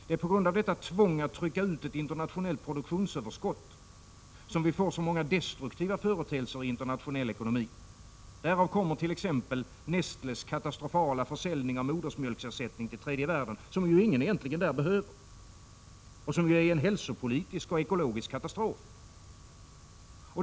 Det är på grund av detta tvång att trycka ut ett internationellt produktionsöverskott som vi får så många destruktiva företeelser i internationell ekonomi. Därav kommer t.ex. Nestlés katastrofala försäljning till 169 tredje världen av modersmjölksersättning — som ju ingen egentligen där behöver och som är en hälsopolitisk och ekologisk katastrof.